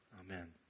amen